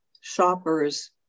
shoppers